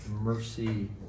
mercy